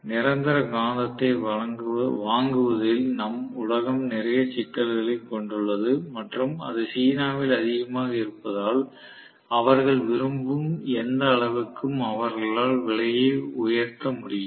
நிரந்தர காந்தத்தை வாங்குவதில் நம் உலகம் நிறைய சிக்கல்களைக் கொண்டுள்ளது மற்றும் அது சீனாவில் அதிகமாக இருப்பதால் அவர்கள் விரும்பும் எந்த அளவிற்கும் அவர்களால் விலையை உயர்த்த முடியும்